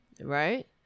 Right